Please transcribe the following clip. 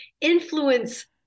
influence